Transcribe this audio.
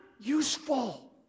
useful